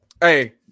Hey